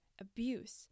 abuse